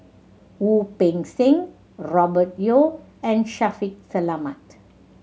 Wu Peng Seng Robert Yeo and Shaffiq Selamat